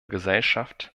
gesellschaft